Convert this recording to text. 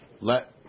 let